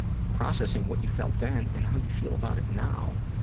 processing what you felt then and how you feel about it now,